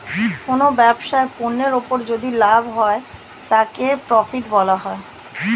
কোনো ব্যবসায় পণ্যের উপর যদি লাভ হয় তাকে প্রফিট বলা হয়